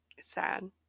sad